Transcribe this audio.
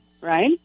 right